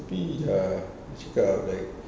tapi dah cakap like